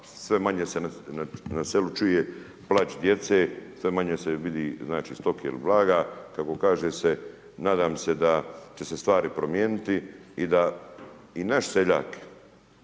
sve manje se na selu čuje plač djece, sve manje se vidi, znači, stoke ili blaga, kako kaže se, nadam se da će se stvari promijeniti i da naš seljak